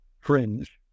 fringe